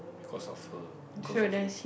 because of her because of him